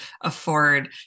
afford